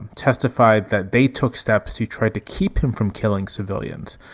testified that they took steps, he tried to keep him from killing civilians